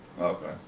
Okay